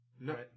No